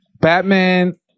Batman